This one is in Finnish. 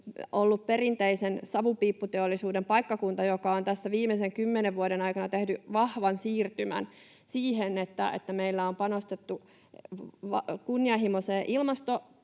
perinteisen savupiipputeollisuuden paikkakunta, joka on tässä viimeisen kymmenen vuoden aikana tehnyt vahvan siirtymän siihen, että meillä on panostettu kunnianhimoiseen ilmasto-ohjelmaan